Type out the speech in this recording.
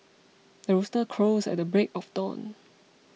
the rooster crows at the break of dawn